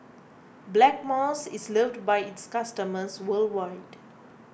Blackmores is loved by its customers worldwide